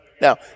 Now